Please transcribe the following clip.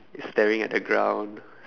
it's staring at the ground